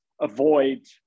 avoid